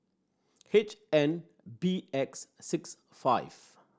H N B X six five